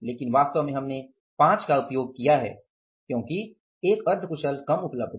लेकिन वास्तव में हमने 5 का उपयोग किया है क्योंकि एक अर्ध कुशल कम उपलब्ध था